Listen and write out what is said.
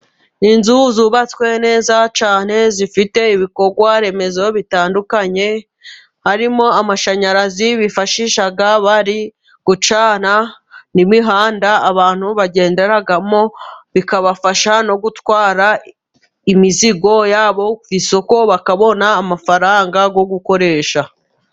Inzu zubatswe neza cyane zifite ibikorwaremezo bitandukanye harimo amashanyarazi bifashisha bari gucanan' imihanda abantu bagenderamo, bikabafasha no gutwara imizigo yabo ku isoko bakabona amafaranga yo gukoresha.